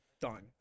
done